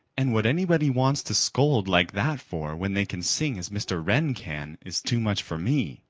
and what anybody wants to scold like that for when they can sing as mr. wren can, is too much for me,